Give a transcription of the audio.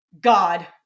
God